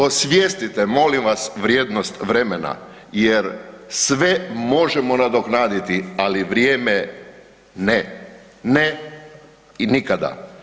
Osvijestite molim vas vrijednost vremena jer sve možemo nadoknaditi, ali vrijeme ne, ne i nikada.